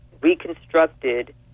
reconstructed